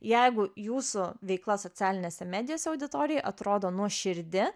jeigu jūsų veikla socialinėse medijose auditorijai atrodo nuoširdi